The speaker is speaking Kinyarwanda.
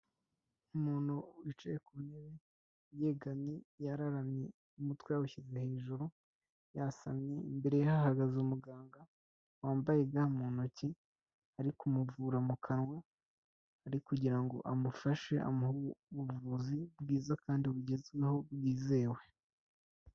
Umuntu wicaye ku ntebe yeganye yararamye umutwe yawushyize hejuru yasamye, imbere ye hahagaze umuganga wambaye ga mu ntoki ari kumuvura mu kanwa, ari kugira ngo amufashe amuhe ubuvuzi bwiza kandi bugezweho bwizewe.